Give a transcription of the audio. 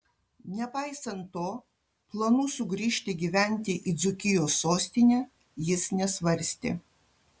nepaisant to planų sugrįžti gyventi į dzūkijos sostinę jis nesvarstė